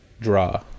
draw